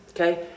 Okay